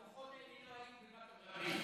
הכוחות האלו לא היו בבאקה אל-גרבייה.